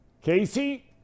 casey